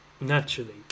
naturally